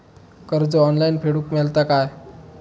कर्ज ऑनलाइन फेडूक मेलता काय?